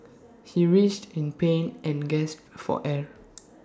he writhed in pain and gasped for air